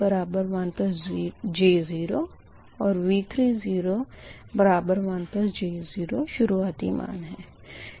यानी कि V201j0 और V30 1 j0 शुरुआती मान है